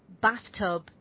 bathtub